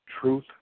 truth